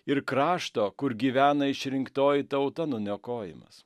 ir krašto kur gyvena išrinktoji tauta nuniokojimas